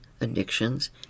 addictions